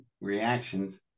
reactions